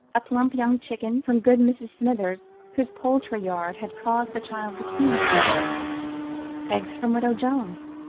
a plump young chicken from good mrs. smithers, whose poultry yard had caused the child the keenest delight eggs from widow jones,